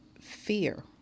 fear